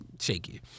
shaky